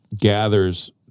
gathers